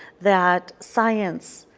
that science,